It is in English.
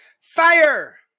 Fire